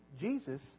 Jesus